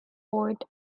poet